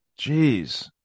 Jeez